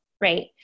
right